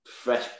fresh